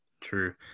True